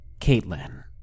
Caitlin